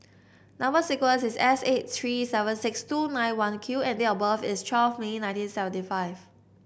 number sequence is S eight three seven six two nine one Q and date of birth is twelve May nineteen seventy five